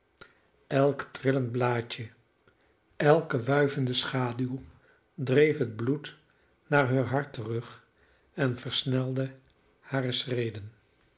elk trillend blaadje elke wuivende schaduw dreef het bloed naar heur hart terug en versnelde hare schreden